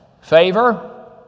favor